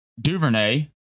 Duvernay